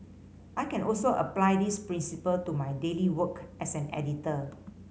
I can also apply this principle to my daily work as an editor